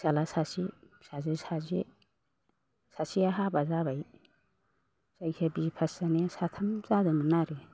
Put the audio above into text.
फिसाज्ला सासे फिसाजो सासे सासेया हाबा जाबाय जायखिजाया बि ए पास जानाया साथाम जादोंमोन आरो